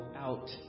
out